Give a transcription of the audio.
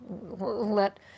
let